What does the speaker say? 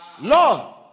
lord